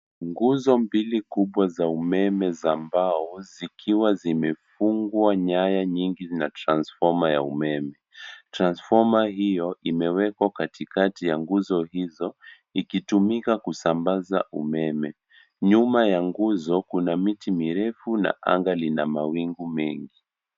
Nguzo mbili kubwa za umeme za mbao zikiwa zimefungwa nyaya nyingi na transformer ya umeme. Transformer hiyo imewekwa katikati ya nguzo hizo ikitumika kusambaza umeme. Nyuma ya nguzo kuna miti mirefu na anga lina mawingu mengi.